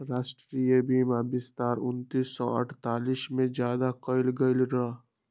राष्ट्रीय बीमा विस्तार उन्नीस सौ अडतालीस में ज्यादा कइल गई लय